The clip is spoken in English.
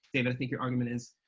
david i think your argument is,